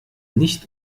nicht